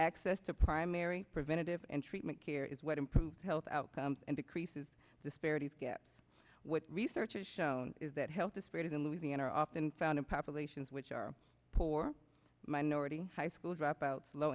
access to primary preventative and treatment care is what improve health outcomes and decreases disparities gaps what research is shown is that health disparities in louisiana are often found in populations which are poor minority high school dropouts low